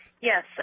Yes